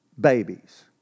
babies